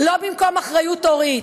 ולא במקום אחריות הורית.